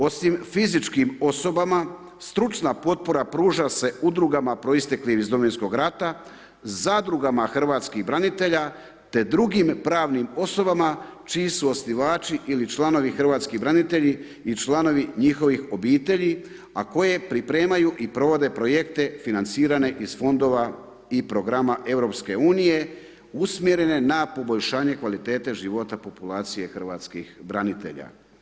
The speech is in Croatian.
Osim fizičkim osobama, stručna potpora pruža se udrugama proisteklim iz Domovinskog rata, zadrugama hrvatskih branitelja te drugim pravnim osobama čiji su osnivači ili članovi hrvatski branitelji i članovih njihovih obitelji a koje pripremaju i provode projekte financirane iz fondova i programa EU-a usmjerene na poboljšanje kvalitete života populacije hrvatskih branitelja.